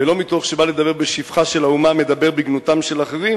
ולא מתוך שבא לדבר בשבחה של האומה מדבר בגנותם של אחרים,